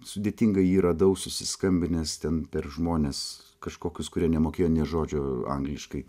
sudėtingai jį radau susiskambinęs ten per žmones kažkokius kurie nemokėjo nė žodžio angliškai